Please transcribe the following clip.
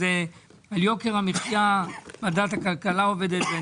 אז יוקר המחייה, ועדת הכלכלה עובדת.